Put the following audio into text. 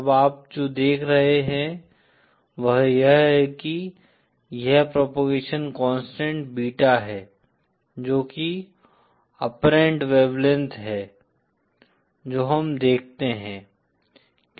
अब आप जो देख रहे हैं वह यह है कि यह प्रोपोगेशन कांस्टेंट बीटा है जो कि आपपरेंट वेवलेंथ है जो हम देखते हैं